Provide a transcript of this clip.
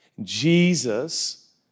Jesus